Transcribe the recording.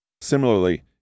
Similarly